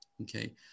okay